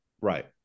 Right